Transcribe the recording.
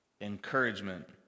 encouragement